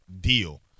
deal